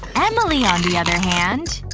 emily on the other hand,